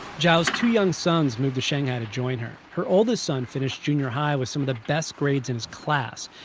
zhao's two young sons moved to shanghai to join her. her oldest son finished junior high with some of the best grades in his class.